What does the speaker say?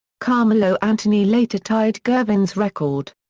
carmelo anthony later tied gervin's record.